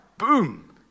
Boom